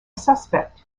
suspect